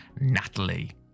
Natalie